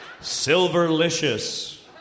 Silverlicious